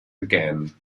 began